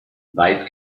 weit